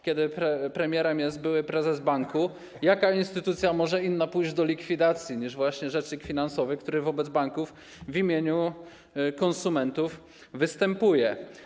Kiedy premierem jest były prezes banku, jaka inna instytucja może pójść do likwidacji niż właśnie rzecznik finansowy, który wobec banków w imieniu konsumentów występuje?